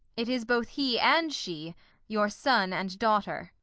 it is both he and she your son and daughter.